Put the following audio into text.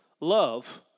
love